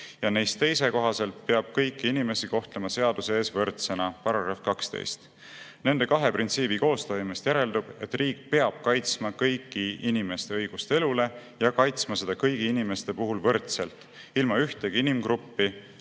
16. Neist teise kohaselt peab kõiki inimesi kohtlema seaduse ees võrdsena –§ 12. Nende kahe printsiibi koostoimes järeldub, et riik peab kaitsma kõigi inimeste õigust elule ja kaitsma seda kõigi inimeste puhul võrdselt ilma ühtegi inimgruppi,